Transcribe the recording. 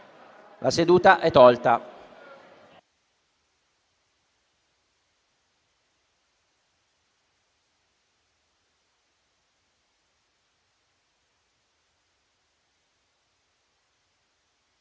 La seduta è tolta